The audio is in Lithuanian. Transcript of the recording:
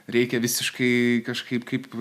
reikia visiškai kažkaip kaip